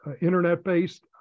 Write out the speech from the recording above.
internet-based